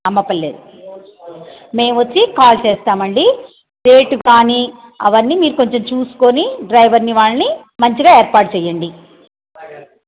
అమ్మపల్లే మేము వచ్చి కాల్ చేస్తామండి రేటుగానీ అవ్వనీ మీరు కొంచెం చూసుకుని డ్రైవర్ని వాళ్ళని మంచిగా ఏర్పాటు చెయ్యండి